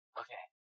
okay